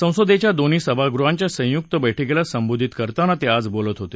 संसदेच्या दोन्ही सभागृहांच्या संयुक्त बैठकीला संबोधित करताना ते आज बोलत होते